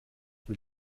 will